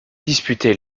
disputaient